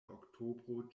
oktobro